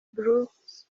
brooks